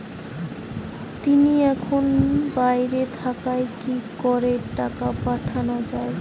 তিনি এখন বাইরে থাকায় কি করে টাকা পাঠানো য়ায়?